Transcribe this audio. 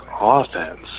Offense